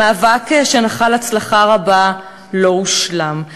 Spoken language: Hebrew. המאבק, שנחל הצלחה רבה, לא הושלם.